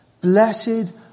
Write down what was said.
Blessed